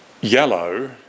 yellow